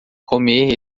comer